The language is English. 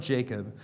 Jacob